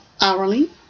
hourly